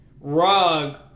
rug